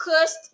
Cursed